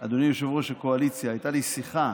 אדוני יושב-ראש הקואליציה, הייתה לי שיחה